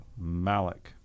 Malik